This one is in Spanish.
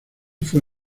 fue